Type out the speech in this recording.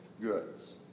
goods